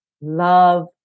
love